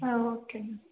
ಹಾಂ okay ma'am